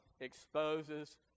exposes